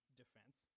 defense